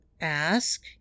ask